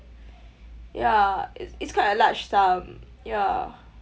ya it's it's quite a large sum ya